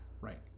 Right